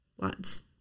lots